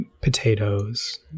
potatoes